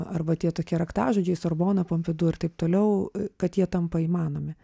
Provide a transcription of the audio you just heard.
arba tie tokie raktažodžiai sorbona pompidu ir taip toliau kad jie tampa įmanomi